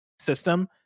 system